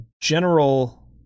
general